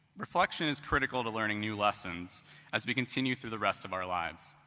reflection is critical to learning new lessons as we continue through the rest of our lives.